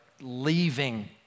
leaving